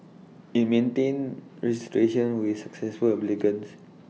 IT maintain registration with successful applicants